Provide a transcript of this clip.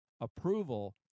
approval